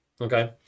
Okay